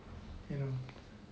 you know